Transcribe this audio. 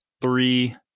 three